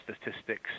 statistics